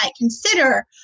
consider